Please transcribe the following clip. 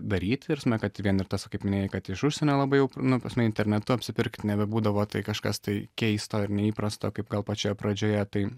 daryt ta prasme kad vien ir tas va kaip minėjai kad iš užsienio labai jau nu ta prasme internetu apsipirkt nebebūdavo tai kažkas tai keisto ir neįprasto kaip gal pačioje pradžioje tai